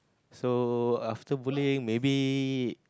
so after bowling maybe